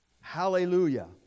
hallelujah